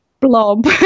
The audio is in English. blob